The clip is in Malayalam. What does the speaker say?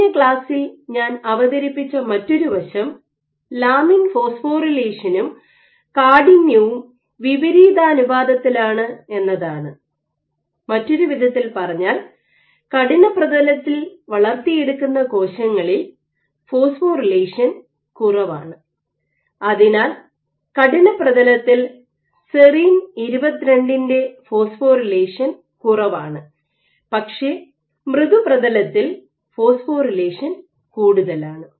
കഴിഞ്ഞ ക്ലാസ്സിൽ ഞാൻ അവതരിപ്പിച്ച മറ്റൊരു വശം ലാമിൻ ഫോസ്ഫോറിലേഷനും കാഠിന്യവും വിപരീതാനുപാതത്തിലാണ് എന്നതാണ് മറ്റൊരു വിധത്തിൽ പറഞ്ഞാൽ കഠിന പ്രതലത്തിൽ വളർത്തിയെടുക്കുന്ന കോശങ്ങളിൽ ഫോസ്ഫോറിലേഷൻ കുറവാണ് അതിനാൽ കഠിന പ്രതലത്തിൽ സെറീൻ 22 ൻറെ ഫോസ്ഫോറിലേഷൻ കുറവാണ് പക്ഷേ മൃദുപ്രതലത്തിൽ ഫോസ്ഫോറിലേഷൻ കൂടുതലാണ്